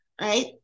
right